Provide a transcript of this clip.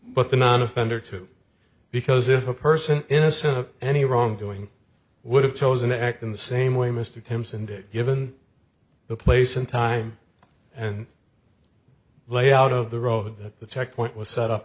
but the non offender too because if a person innocent of any wrongdoing would have chosen to act in the same way mr timson did given the place and time and layout of the road that the checkpoint was set up